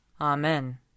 Amen